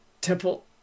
Temple